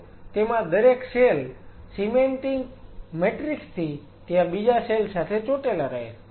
તો તેમાં દરેક સેલ સીમેન્ટિંગ મેટ્રિક્સ થી ત્યાં બીજા સેલ સાથે ચોટેલા રહે છે